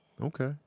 Okay